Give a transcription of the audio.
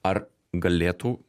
ar galėtų